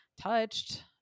touched